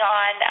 on